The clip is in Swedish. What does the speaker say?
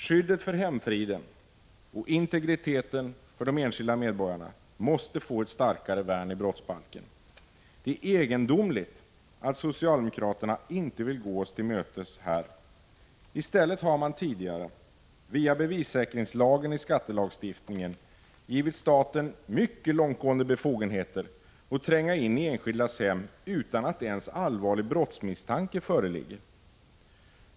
Skyddet för hemfriden och integriteten för de enskilda medborgarna måste få ett starkare värn i brottsbalken. Det är egendomligt att socialdemokraterna inte vill gå oss till mötes här. I stället har de via bevissäkringslagen i skattelagstiftningen givit staten mycket långtgående befogenheter att tränga in i enskildas hem utan att ens allvarlig brottsmisstanke föreligger.